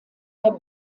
der